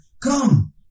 come